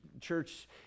church